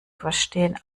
verstehen